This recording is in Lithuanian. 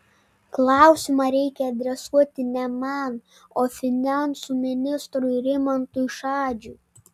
klausimą reikia adresuoti ne man o finansų ministrui rimantui šadžiui